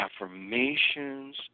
affirmations